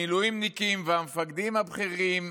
המילואימניקים והמפקדים הבכירים,